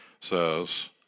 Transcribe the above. says